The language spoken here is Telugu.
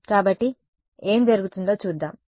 కాబట్టి ఏమి జరుగుతుందో చూద్దాం